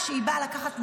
כשהיא באה לקחת מהעשירים,